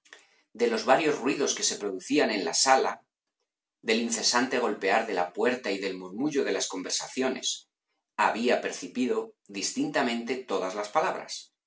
de los varios ruidos que se producían en la sala del incesante golpear de la puerta y del murmullo de las conversaciones había percibido distintamente todas las palabras